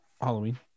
Halloween